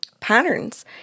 patterns